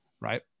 Right